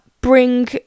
bring